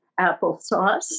applesauce